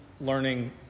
learning